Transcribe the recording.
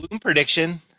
prediction